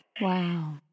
Wow